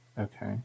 Okay